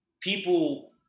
people